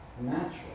natural